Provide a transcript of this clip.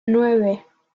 nueve